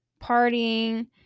partying